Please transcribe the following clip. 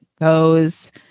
goes